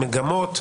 מגמות,